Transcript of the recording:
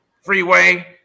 freeway